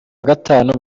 gatanu